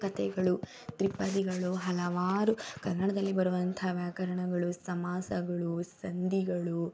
ಕಥೆಗಳು ತ್ರಿಪದಿಗಳು ಹಲವಾರು ಕನ್ನಡದಲ್ಲಿ ಬರುವಂಥ ವ್ಯಾಕರಣಗಳು ಸಮಾಸಗಳು ಸಂಧಿಗಳು